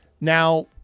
Now